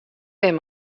bin